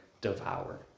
devour